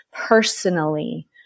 personally